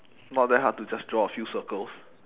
not that hard to just draw a few circles